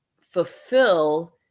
fulfill